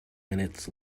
minutes